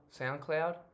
SoundCloud